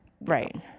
right